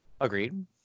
Agreed